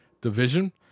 Division